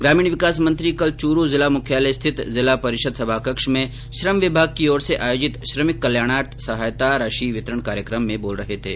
ग्रामीण विकास मंत्री कल चूरू जिला मुख्यालय स्थित जिला परिषद् सभाकक्ष में श्रम विभाग की ओर से आयोजित श्रमिक कल्याणार्थ सहायता राशि वितरण कार्यक्रम में बोल रहे थे